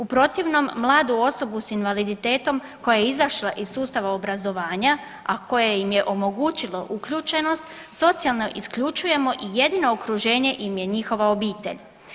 U protivnom mladu osobu sa invaliditetom koja je izašla iz sustava obrazovanja, a koja im je omogućila uključenost, socijalno isključujemo i jedino okruženje im je njihova obitelj.